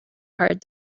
hard